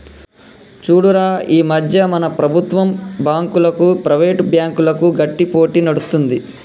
చూడురా ఈ మధ్య మన ప్రభుత్వం బాంకులకు, ప్రైవేట్ బ్యాంకులకు గట్టి పోటీ నడుస్తుంది